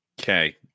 Okay